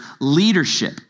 leadership